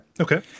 Okay